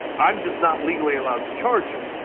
i'm just not legally allowed to charge him.